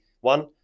one